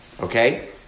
Okay